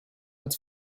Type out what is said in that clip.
als